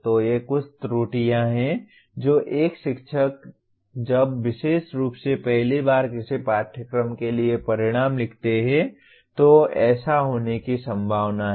तो ये कुछ त्रुटियां हैं जो एक शिक्षक जब विशेष रूप से पहली बार किसी पाठ्यक्रम के लिए परिणाम लिखते हैं तो ऐसा होने की संभावना है